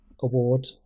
award